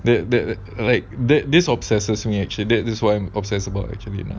that that like that this obsessed me actually did this what I'm obsessed about actually you know